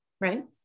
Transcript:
Right